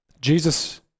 Jesus